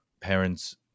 parents